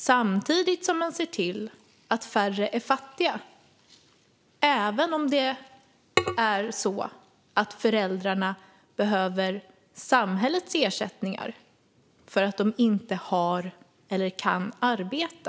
Samtidigt kan man se till att färre är fattiga, även barn vars föräldrar behöver samhällets ersättningar för att de inte har arbete eller inte kan arbeta.